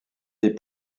des